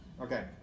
Okay